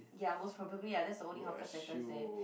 ya most probably lah that's the only hawker centers there